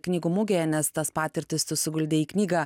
knygų mugėje nes tas patirtis tu suguldei į knygą